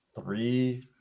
three